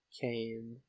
came